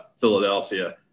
Philadelphia